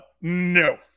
No